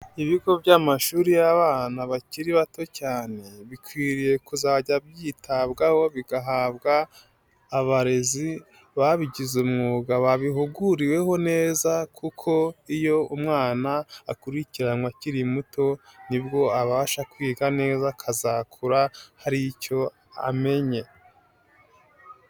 Ibigo by'amashuri y'abana bakiri bato cyane, bikwiriye kuzajya byitabwaho, bigahabwa abarezi babigize umwuga, babihuguriweho neza kuko iyo umwana akurikiranywe akiri muto nibwo abasha kwiga neza, akazakura hari icyo amenye.